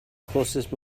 closest